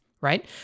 right